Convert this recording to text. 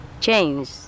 change